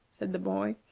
said the boy.